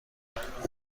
الیاس، به